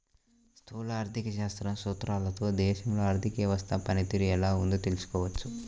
స్థూల ఆర్థిక శాస్త్రం సూత్రాలతో దేశంలో ఆర్థిక వ్యవస్థ పనితీరు ఎలా ఉందో తెలుసుకోవచ్చు